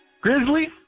Grizzly